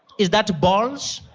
is that balls?